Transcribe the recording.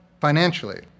financially